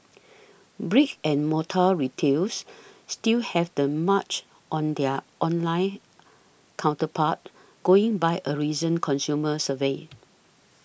brick and mortar retailers still have the march on their online counterparts going by a recent consumer survey